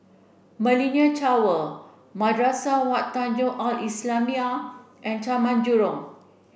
Millenia Tower Madrasah Wak Tanjong Al islamiah and Taman Jurong